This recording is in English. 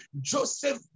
joseph